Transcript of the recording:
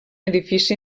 edifici